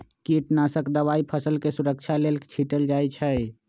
कीटनाशक दवाई फसलके सुरक्षा लेल छीटल जाइ छै